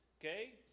okay